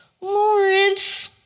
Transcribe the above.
Lawrence